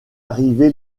arrivé